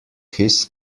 his